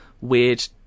weird